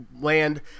land